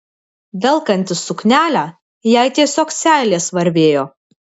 velkantis suknelę jai tiesiog seilės varvėjo